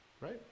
Right